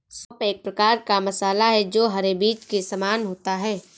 सौंफ एक प्रकार का मसाला है जो हरे बीज के समान होता है